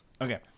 Okay